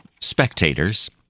spectators